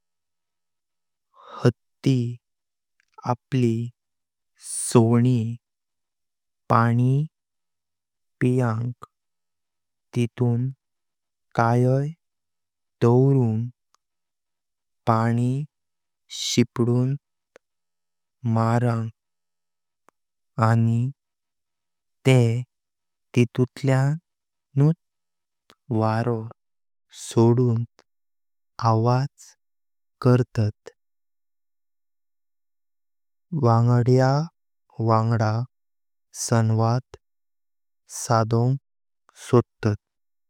आथी आपले सोणी पाणी पियांक, तेथून काईयाय डावरुंग, पाणी शिपडून मारुंग आनी तेह तितुल्यानत वारो सोडून आवाज करतात वांगड्या वांगडा संवाद सादोवंग।